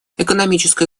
экономическая